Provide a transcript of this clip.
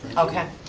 okay,